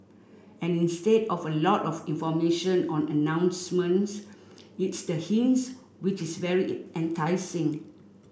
and instead of a lot of information on announcements it's the hints which is very enticing